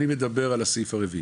אני מדבר על הסעיף הרביעי.